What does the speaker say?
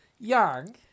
Young